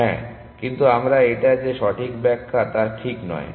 হ্যাঁ কিন্তু আমরা এটা যে সঠিক ব্যাখ্যা তা ঠিক নয়